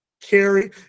carry